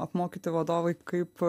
apmokyti vadovai kaip